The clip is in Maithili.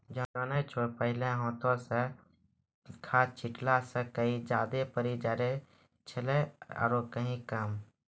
जानै छौ पहिने हाथों स खाद छिड़ला स कहीं ज्यादा पड़ी जाय छेलै आरो कहीं कम